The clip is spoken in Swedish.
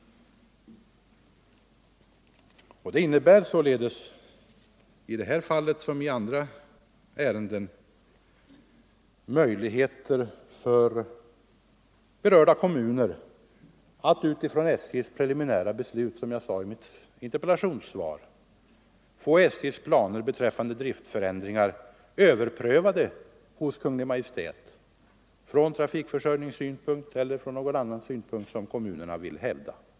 Detta innebär således i det här fallet, som i andra ärenden, möjligheter 47 för berörda kommuner att utifrån SJ:s preliminära beslut, som jag sade i mitt interpellationssvar, få SJ:s planer beträffande driftförändringar överprövade hos Kungl. Maj:t — från trafikförsörjningssynpunkt eller från någon annan synpunkt som kommunerna vill hävda.